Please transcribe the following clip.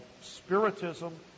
spiritism